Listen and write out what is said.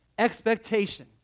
expectation